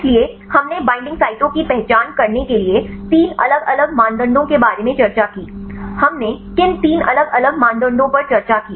इसलिए हमने बईंडिंग साइटों की पहचान करने के लिए तीन अलग अलग मानदंडों के बारे में चर्चा की हमने किन तीन अलग अलग मानदंडों पर चर्चा की